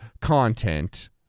content